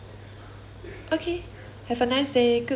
okay have a nice day goodbye